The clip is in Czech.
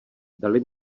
dali